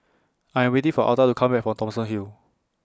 I Am waiting For Alta to Come Back from Thomson Hill